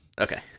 Okay